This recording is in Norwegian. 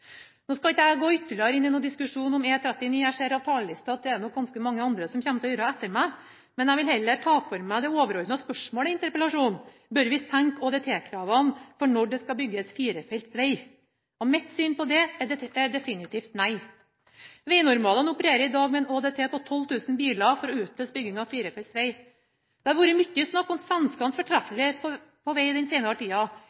Nå skal ikke jeg gå ytterligere inn i en diskusjon om E39 – jeg ser av talerlisten at det er det ganske mange som kommer til å gjøre etter meg. Jeg vil heller ta for meg det overordnede spørsmålet i interpellasjonen: Bør vi senke ÅDT-kravene for når det skal bygges firefelts veg? Mitt syn er definitivt nei. Vegnormalen opererer i dag med en ÅDT på 12 000 biler for å utløse bygging av firefelts veg. Det har vært mye snakk om